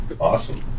Awesome